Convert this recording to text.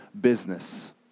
business